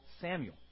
Samuel